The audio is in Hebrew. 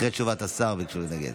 אחרי תשובת השר ביקשו להתנגד.